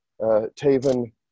Taven